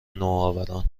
نوآوران